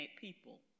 people